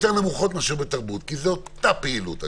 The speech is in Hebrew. יותר נמוכות מאשר בתרבות, כי זו אותה פעילות.